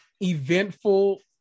eventful